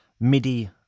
MIDI